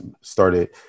started